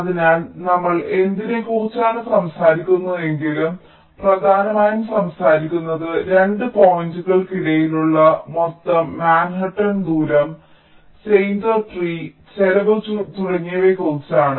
അതിനാൽ നമ്മൾ എന്തിനെക്കുറിച്ചാണ് സംസാരിക്കുന്നതെങ്കിലും ഞങ്ങൾ പ്രധാനമായും സംസാരിക്കുന്നത് 2 പോയിന്റുകൾക്കിടയിലുള്ള മൊത്തം മാൻഹട്ടൻ ദൂരം സ്റ്റെയ്നർ ട്രീ ചെലവ് തുടങ്ങിയവയെക്കുറിച്ചാണ്